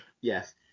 Yes